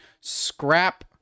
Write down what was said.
Scrap